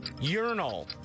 Urinal